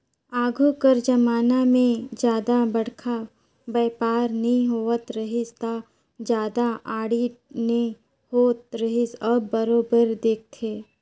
आघु कर जमाना में जादा बड़खा बयपार नी होवत रहिस ता जादा आडिट नी होत रिहिस अब बरोबर देखथे